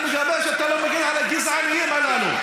אני מקווה שאתה לא מגן על הגזענים הללו.